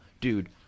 Dude